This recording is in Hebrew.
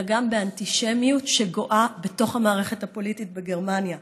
אלא גם אנטישמיות שגואה בתוך המערכת הפוליטית בגרמניה.